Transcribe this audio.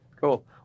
Cool